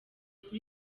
kuri